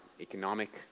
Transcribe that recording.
economic